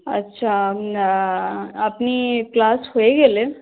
আচ্ছা আপনি ক্লাস হয়ে গেলে